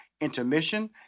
intermission